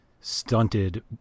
stunted